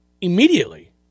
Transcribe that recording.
immediately